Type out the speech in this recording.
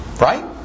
Right